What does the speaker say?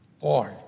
Boy